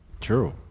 True